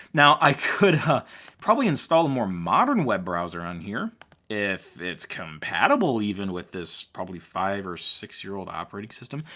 now i could probably install a more modern web browser on here if it's compatible even with this probably five or six year old operating system.